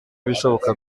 ibishoboka